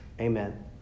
Amen